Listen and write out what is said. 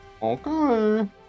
Okay